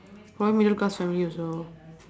probably middle class family also